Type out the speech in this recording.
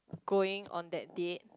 going on that date